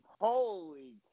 Holy